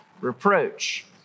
reproach